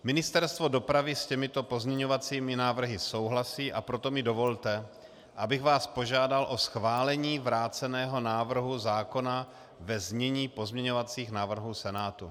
Ministerstvo dopravy s těmito pozměňovacími návrhy souhlasí, a proto mi dovolte, abych vás požádal o schválení vráceného návrhu zákona ve znění pozměňovacích návrhů Senátu.